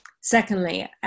secondly